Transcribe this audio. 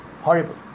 horrible